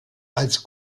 als